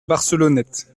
barcelonnette